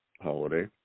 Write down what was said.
holiday